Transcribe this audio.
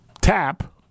tap